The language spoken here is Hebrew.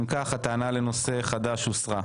אם כך, הטענה לנושא חדש הוסרה.